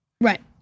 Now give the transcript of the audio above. Right